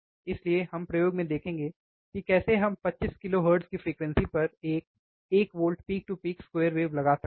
इसलिए हम प्रयोग में देखेंगे कि कैसे हम 25 kHz की फ्रीक्वेंसी पर एक एक volt peak to peak square wave लगा सकते हैं